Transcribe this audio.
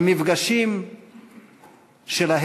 על מפגשים שלהם,